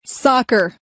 Soccer